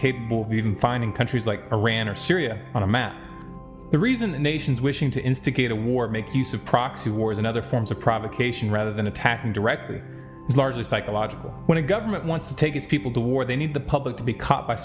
incapable be even finding countries like iran or syria on a map the reason the nations wishing to instigate a war make use of proxy wars and other forms of provocation rather than attacking directly largely psychological when a government wants to take its people to war they need the public to be caught by